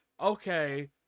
okay